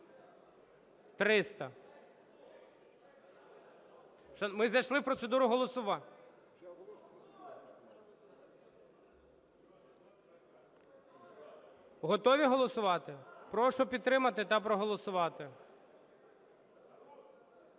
Ми зайшли в процедуру голосування. Готові голосувати? Прошу підтримати та проголосувати.